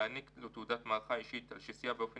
להעניק לו תעודת מערכה אישית על שסייע באופן